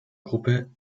gruppe